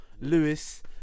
Lewis